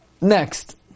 Next